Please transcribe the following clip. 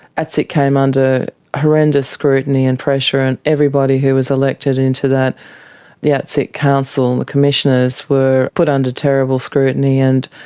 atsic came under horrendous scrutiny and pressure, and everybody who was elected into the atsic council, and the commissioners, were put under terrible scrutiny and,